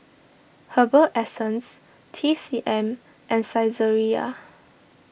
Herbal Essences T C M and Saizeriya